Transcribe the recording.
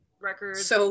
records